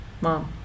mom